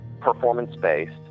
performance-based